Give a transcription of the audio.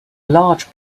large